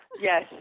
yes